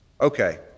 Okay